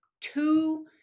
two